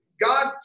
God